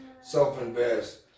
self-invest